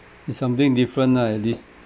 it's something different lah at least